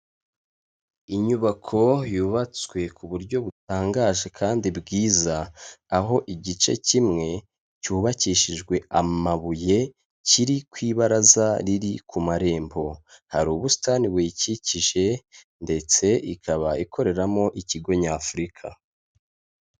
Inyubako yubatswe ku buryo butangaje kandi bwiza, aho igice kimwe cyubakishijwe amabuye kiri ku ibaraza riri ku marembo. Hari ubusitani buyikikije ndetse ikaba ikoreramo ikigo Nyafurika.